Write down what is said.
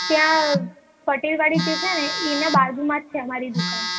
ત્યાં પટેલવાડી જે છે ને એનાં બાજુમાં જ છે અમારી દુકાન